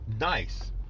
Nice